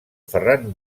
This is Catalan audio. ferran